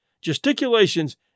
gesticulations